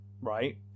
right